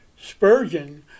Spurgeon